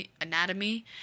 anatomy